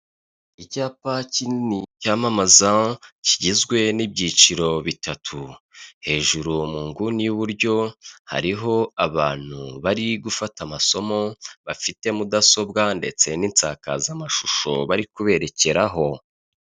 Icyapa kinini cyamamaza, kigizwe n'ibyiciro bitatu, hejuru m'ingu y'iburyo hariho abantu bari gufata amasomo bafite mudasobwa ndetse n'isakazamashusho bari kuberekeraho.